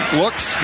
looks